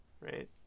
right